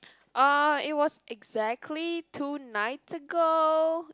uh it was exactly two nights ago